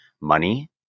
money